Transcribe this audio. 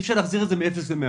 אי אפשר להחזיר את זה מאפס למאה.